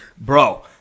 Bro